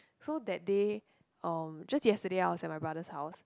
so that day um just yesterday I was at my brother's house